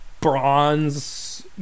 bronze